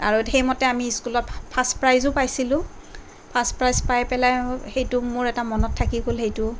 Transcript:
আৰু সেইমতে আমি স্কুলত ফাচ প্ৰাইজো পাইছিলোঁ ফাচ প্ৰাইজ পাই পেলাই সেইটো মোৰ এটা মনত থাকি গ'ল সেইটো